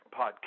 podcast